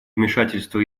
вмешательство